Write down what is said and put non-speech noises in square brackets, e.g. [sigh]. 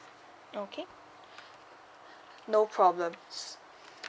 okay no problem [noise]